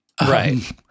Right